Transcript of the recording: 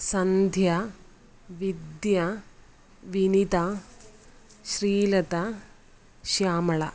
Sandhya Vidya Vinitha Sreelatha Shyamala